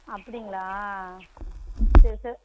அப்படிங்களா சரி சரி